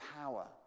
power